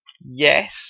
yes